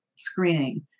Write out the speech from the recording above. screening